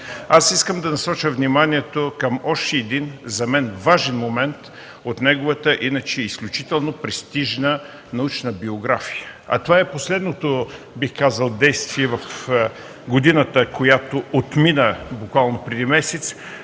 Искам да насоча вниманието към още един за мен важен момент от неговата иначе изключително престижна научна биография. Това е последното действие, бих казал, за годината, която отмина буквално преди месеци,